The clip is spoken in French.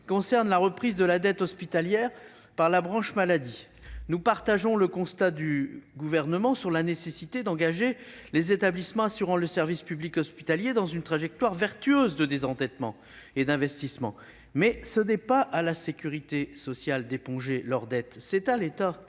concerne la reprise de la dette hospitalière par la branche maladie. Nous partageons le constat du Gouvernement sur la nécessité d'engager les établissements assurant le service public hospitalier dans une trajectoire vertueuse de désendettement et d'investissement. Mais ce n'est pas à la sécurité sociale d'éponger leurs dettes : c'est le